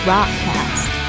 Rockcast